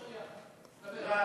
את יודעת למה?